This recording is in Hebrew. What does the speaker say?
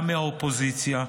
גם מהאופוזיציה,